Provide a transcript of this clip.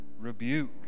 rebuke